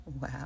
Wow